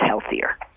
healthier